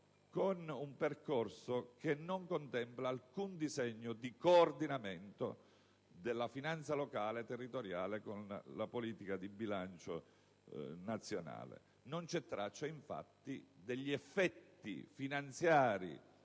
con un percorso che non contempla alcun disegno di coordinamento della finanza locale e territoriale con la politica di bilancio nazionale. Infatti, non vi è traccia degli effetti finanziari